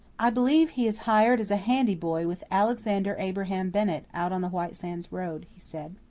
i believe he is hired as handy boy with alexander abraham bennett, out on the white sands road, he said.